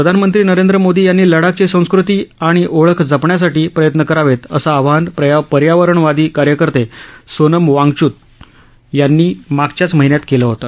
प्रधानमंत्री नरेंद्र मोदी यांनी लडाखची सांस्कृती आणि ओळख जपण्यासाठी प्रयत्न करावेत असं आवाहन पर्यावरणवादी कार्यकर्ते सोनम वांगचूक यांनी मागच्याच महिन्यात केलं होतं